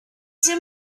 sie